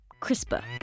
CRISPR